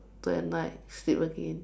to at night sleep again